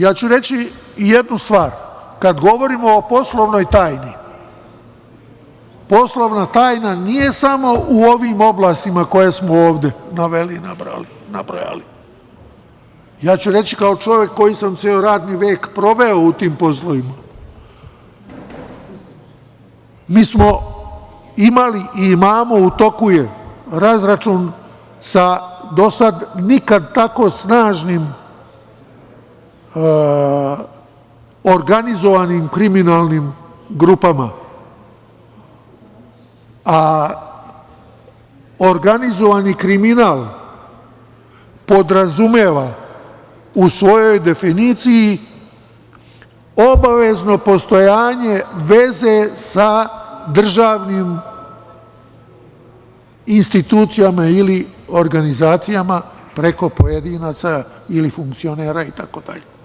Ja ću reći jednu stvar, kada govorimo o poslovnoj tajni, poslovna tajna nije samo u ovim oblastima koje smo ovde naveli i nabrojali, ja ću reći kao čovek koji sam ceo radni vek proveo u tim poslovima, mi smo imali i imamo, u toku je razračun sa do sada nikad tako snažnim organizovanim kriminalnim grupama, a organizovani kriminal podrazumeva u svojoj definiciji obavezno postojanje veze sa državnim institucijama ili organizacijama preko pojedinaca ili funkcionera itd.